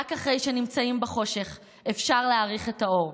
רק אחרי שנמצאים בחושך אפשר להעריך את האור,